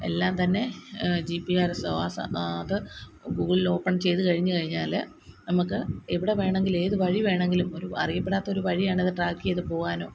എല്ലാം തന്നെ G P R S ഓ അത് ഗൂഗിളിൽ ഓപ്പണ് ചെയ്ത് കഴിഞ്ഞ് കഴിഞ്ഞാൽ നമുക്ക് എവിടെ വേണമെങ്കിലും ഏത് വഴി വേണമെങ്കിലും ഒരു അറിയപ്പെടാത്ത ഒരു വഴിയാണ് അത് ട്രാക്ക് ചെയ്ത് പോകാനും